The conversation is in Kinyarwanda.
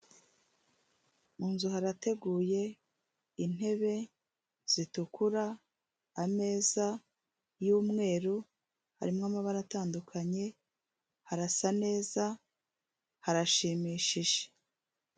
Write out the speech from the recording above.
Mu nzu harateguye intebe zitukura, ameza y'umweru harimo amabara atandukanye harasa neza harashimishije.